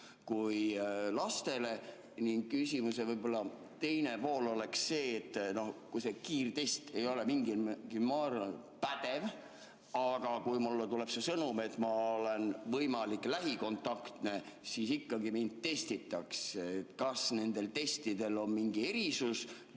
kui lastele? Küsimuse teine pool on see, et kui kiirtest ei ole mingil määral pädev, aga mulle tuleb sõnum, et olen võimalik lähikontaktne, siis ikkagi mind testitakse. Kas nendel testidel on mingi erisus